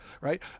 right